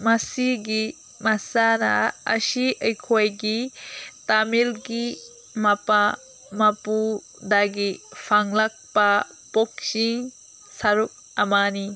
ꯃꯁꯤꯒꯤ ꯃꯁꯥꯟꯅ ꯑꯁꯤ ꯑꯩꯈꯣꯏꯒꯤ ꯇꯥꯃꯤꯜꯒꯤ ꯃꯄꯥ ꯃꯄꯨꯗꯒꯤ ꯐꯪꯂꯛꯄ ꯁꯔꯨꯛ ꯑꯃꯅꯤ